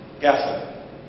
gasoline